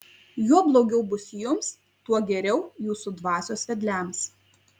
juo blogiau bus jums tuo geriau jūsų dvasios vedliams